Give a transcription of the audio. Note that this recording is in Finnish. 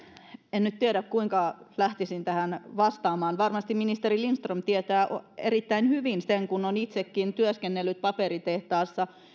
en nyt tiedä kuinka lähtisin tähän vastaamaan varmasti ministeri lindström tietää erittäin hyvin sen kun on itsekin työskennellyt paperitehtaassa